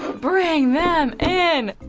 bring them and